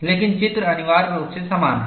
लेकिन चित्र अनिवार्य रूप से समान हैं